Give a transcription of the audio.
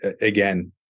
again